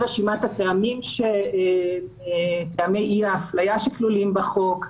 לגבי טעמי אי-אפליה שכלולים בחוק,